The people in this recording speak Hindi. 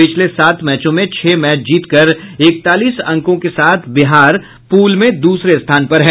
पिछले सात मैचों में छह मैच जीतकर इकतालीस अंकों के साथ बिहार पूल में दूसरे स्थान पर है